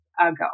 ago